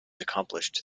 accomplished